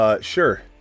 Sure